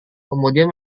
kemudian